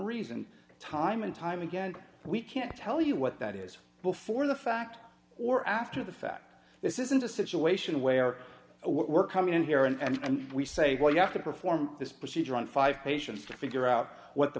reason time and time again we can't tell you what that is before the fact or after the fact this isn't a situation where we're coming in here and we say well you have to perform this procedure on five patients to figure out what the